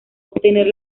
obtener